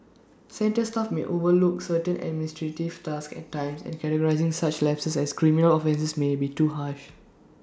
centre staff may overlook certain administrative tasks at times and categorising such lapses as criminal offences may be too harsh